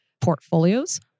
portfolios